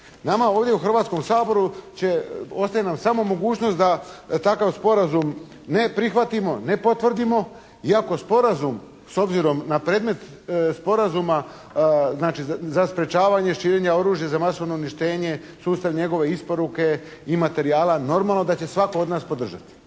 nama ovdje u Hrvatskom saboru će, ostaje nam samo mogućnost da takav sporazum ne prihvatimo, ne potvrdimo. Iako sporazum s obzirom na predmet sporazuma znači za sprječavanje širenja oružja za masovno uništenje, sustav njegove isporuke i materijala, normalno da će svako od nas podržati.